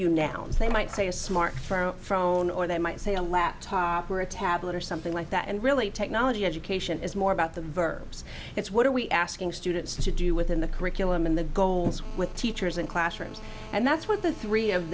you now they might say a smartphone from own or they might say a laptop or a tablet or something like that and really technology education is more about the verbs it's what are we asking students to do within the curriculum in the goals with teachers and classrooms and that's what the three of